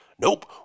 Nope